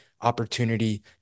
opportunity